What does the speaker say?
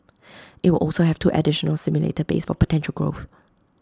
IT will also have two additional simulator bays for potential growth